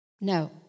No